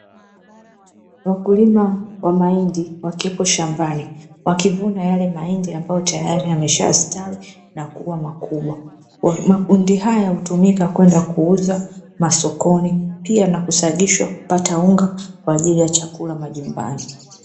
Wakulima wa mahindi wakiwepo shambani wakivuna yale mahindi ambayo tayari yameshastawi na kuwa makubwa. Mahindi haya hutumika kwenda kuuzwa masokoni pia na kusagishwa kupata unga kwa ajili ya chakula majumbani.